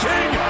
King